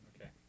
Okay